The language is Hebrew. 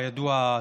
כידוע,